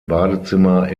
badezimmer